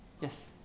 Yes